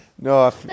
No